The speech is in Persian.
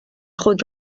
خود